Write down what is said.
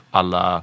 alla